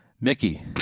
Mickey